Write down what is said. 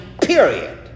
period